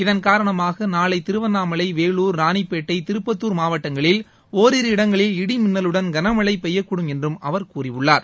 இதன் காரணமாக நாளை திருவண்ணாலை வேலூர் ராணிப்பேட்டை திருப்பத்தூர் மாவட்டங்களில் ஒரிரு இடங்களில் இடிமின்னலுடன் கனமழை பெய்யக்கூடும் என்றும் அவர் கூறியுள்ளார்